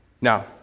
Now